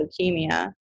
leukemia